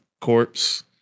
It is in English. corpse